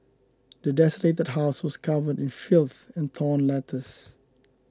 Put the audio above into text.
the desolated house was covered in filth and torn letters